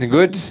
Good